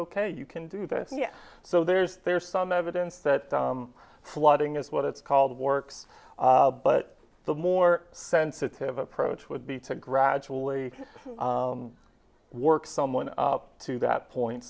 ok you can do this yeah so there's there's some evidence that flooding is what it's called works but the more sensitive approach would be to gradually work someone up to that point